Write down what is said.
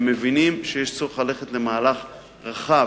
הם מבינים שיש צורך ללכת למהלך רחב.